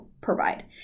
provide